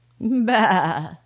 Bah